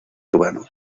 urbano